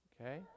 Okay